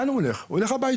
הוא הולך הביתה,